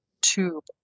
tube